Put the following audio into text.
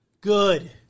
Good